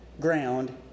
ground